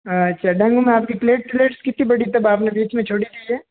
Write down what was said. अच्छा डेंगू में आप की प्लेटलेट्स कितनी बढ़ी थी तब आप ने बीच में छोड़ी थी ये